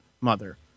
mother